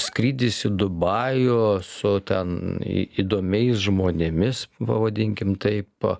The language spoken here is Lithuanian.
skrydis į dubajų su ten įdomiais žmonėmis pavadinkim taip